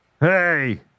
hey